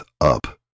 up